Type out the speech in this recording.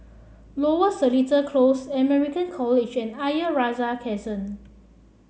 Lower Seletar Close American College and Ayer Rajah Crescent